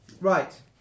Right